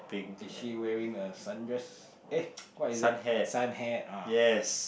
is she wearing a sundress eh what is that sun hat ah